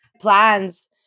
plans